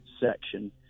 section